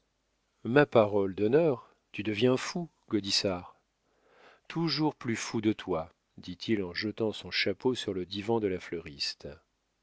ma parole d'honneur tu deviens fou gaudissart toujours plus fou de toi dit-il en jetant son chapeau sur le divan de la fleuriste